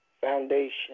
foundation